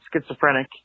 schizophrenic